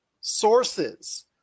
sources